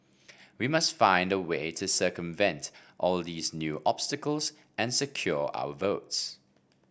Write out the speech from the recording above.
we must find a way to circumvent all these new obstacles and secure our votes